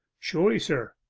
surely, sir,